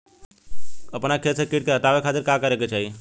अपना खेत से कीट के हतावे खातिर का करे के चाही?